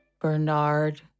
Bernard